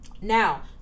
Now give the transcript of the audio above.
Now